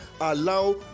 allow